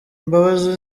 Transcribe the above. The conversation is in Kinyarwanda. imbabazi